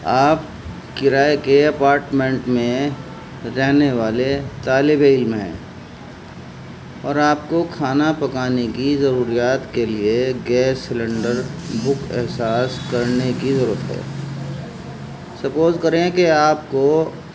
آپ کرائے کے اپارٹمنٹ میں رہنے والے طالب علم ہیں اور آپ کو کھانا پکانے کی ضروریات کے لیے گیس سلنڈر بک احساس کرنے کی ضرورت ہے سپوز کریں کہ آپ کو